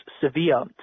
severe